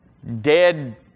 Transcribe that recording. Dead